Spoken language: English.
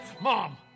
Mom